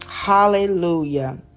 Hallelujah